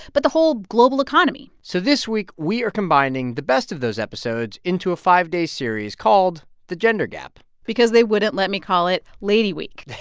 but the whole global economy so this week, we are combining the best of those episodes into a five-day series called the gender gap because they wouldn't let me call it lady week